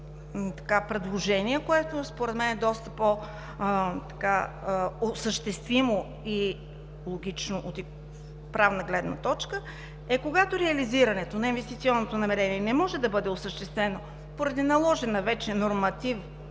едно предложение, което според мен е доста по-осъществимо и логично от правна гледна точка: когато реализирането на инвестиционното намерение не може да бъде осъществено поради наложен вече нормативен